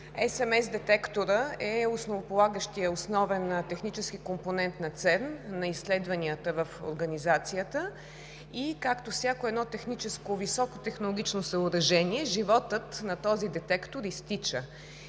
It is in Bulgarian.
СMS детекторът е основополагащият основен технически компонент на ЦЕРН, на изследванията в Организацията. Както всяко едно техническо високотехнологично съоръжение, животът на този детектор изтича.